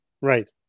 Right